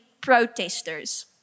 protesters